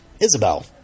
Isabel